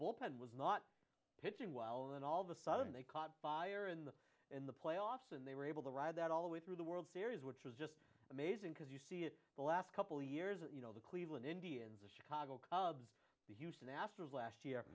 bullpen was not pitching well and all the sudden they caught fire in the in the playoffs and they were able to ride that all the way through the world series which was just amazing because you see in the last couple years you know the cleveland indians the chicago cubs the houston astros last year